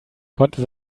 konnte